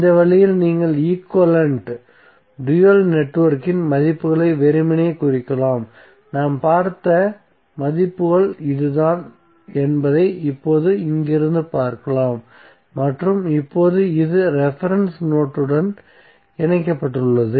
இந்த வழியில் நீங்கள் ஈக்வலன்ட் டூயல் நெட்வொர்க்கின் மதிப்புகளை வெறுமனே குறிக்கலாம் நாம் பார்த்த மதிப்புகள் இதுதான் என்பதை இப்போது இங்கிருந்து பார்க்கலாம் மற்றும் இப்போது இது ரெபரென்ஸ் நோட்டுடன் இணைக்கப்பட்டுள்ளது